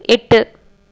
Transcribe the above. எட்டு